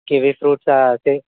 kiwi fruits అయితే